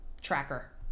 tracker